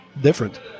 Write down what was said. different